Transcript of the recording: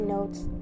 Notes